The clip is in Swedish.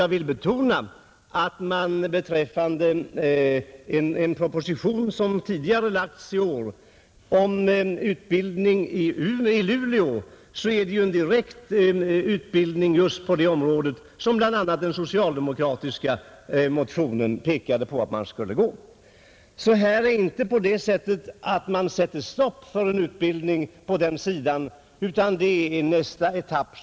Jag vill betona att en proposition om utbildning i Luleå som lagts fram tidigare i år gäller direkt utbildning just på det området som bl.a. den socialdemokratiska motionen pekade på att man skulle ha. Det är alltså inte så att man sätter stopp för utbildning på detta område, utan det blir nästa etapp.